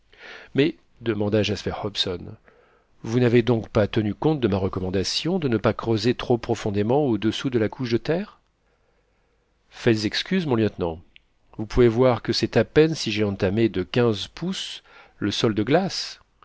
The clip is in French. mais demanda jasper hobson vous n'avez donc pas tenu compte de ma recommandation de ne pas creuser trop profondément audessous de la couche de terre faites excuse mon lieutenant vous pouvez voir que c'est à peine si j'ai entamé de quinze pouces le sol de glace